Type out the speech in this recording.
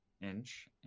inch